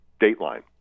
Dateline